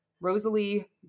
Rosalie